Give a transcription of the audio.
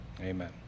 amen